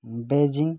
Beijing